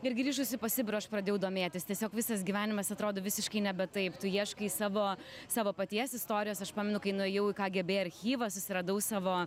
ir grįžusi po sibiro aš pradėjau domėtis tiesiog visas gyvenimas atrodo visiškai nebe taip tu ieškai savo savo paties istorijos aš pamenu kai nuėjau į kgb archyvą susiradau savo